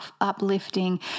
uplifting